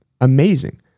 Amazing